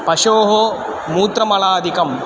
पशोः मूत्रमलादिकम्